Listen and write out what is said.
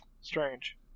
strange